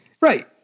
right